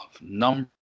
Number